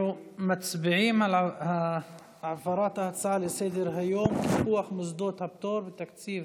אנחנו מצביעים על העברת ההצעה לסדר-היום: קיפוח מוסדות הפטור בתקציב